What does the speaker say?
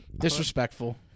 disrespectful